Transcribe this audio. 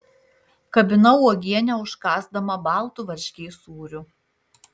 kabinau uogienę užkąsdama baltu varškės sūriu